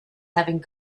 having